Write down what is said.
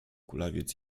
kulawiec